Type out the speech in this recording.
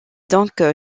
donc